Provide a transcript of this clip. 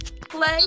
play